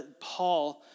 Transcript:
Paul